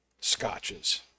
scotches